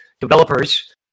developers